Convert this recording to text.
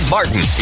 Martin